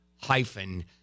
hyphen